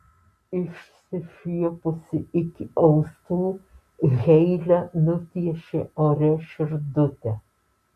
išsišiepusi iki ausų heile nupiešė ore širdutę